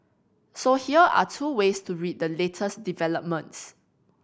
so here are two ways to read the latest developments